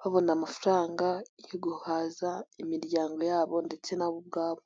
babona amafaranga yo guhaza imiryango yabo ndetse nabo ubwabo.